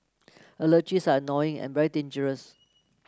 allergies are annoying and very dangerous